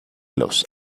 los